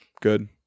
good